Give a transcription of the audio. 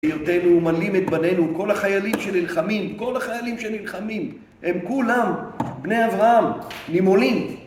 היותנו ומלאים את בנינו, כל החיילים שנלחמים, כל החיילים שנלחמים הם כולם בני אברהם, נימולים